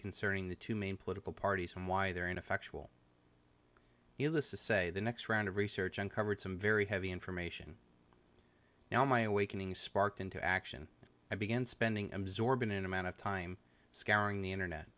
concerning the two main political parties and why their ineffectual ulysses say the next round of research uncovered some very heavy information now in my awakening sparked into action i began spending absorbant in amount of time scouring the internet